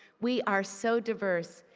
we are so diverse.